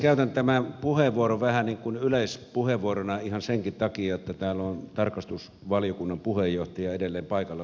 käytän tämän puheenvuoron vähän niin kuin yleispuheenvuorona ihan senkin takia että täällä on tarkastusvaliokunnan puheenjohtaja edelleen paikalla